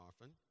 often